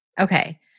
Okay